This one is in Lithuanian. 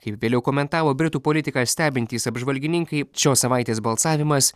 kaip vėliau komentavo britų politiką stebintys apžvalgininkai šios savaitės balsavimas